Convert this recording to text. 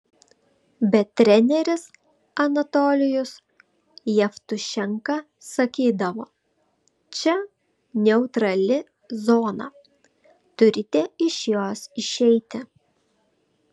bet treneris anatolijus jevtušenka sakydavo čia neutrali zona turite iš jos išeiti